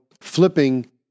flipping